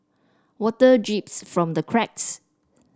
water drips from the cracks